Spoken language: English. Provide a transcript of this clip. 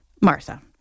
Martha